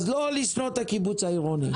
אז לא לשנוא את הקיבוץ העירוני.